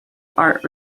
art